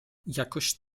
jakoś